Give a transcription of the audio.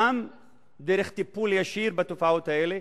גם דרך טיפול ישיר בתופעות האלה